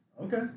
Okay